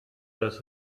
das